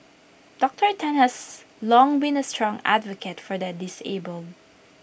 Doctor Tan has long been A strong advocate for the disabled